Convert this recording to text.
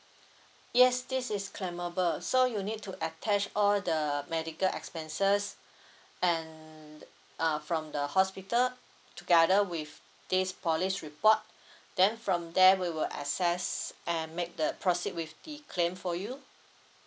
yes this is claimable so you need to attach all the medical expenses and uh from the hospital together with this police report then from there we will assess and make the proceed with the claim for you